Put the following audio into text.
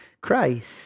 Christ